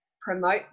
promote